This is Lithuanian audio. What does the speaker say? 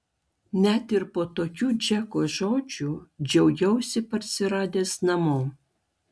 net ir po tokių džeko žodžių džiaugiausi parsiradęs namo